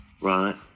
Right